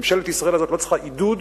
ממשלת ישראל הזאת לא צריכה עידוד,